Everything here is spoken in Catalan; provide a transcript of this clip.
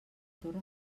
torre